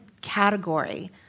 category